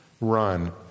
run